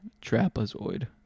trapezoid